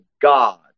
God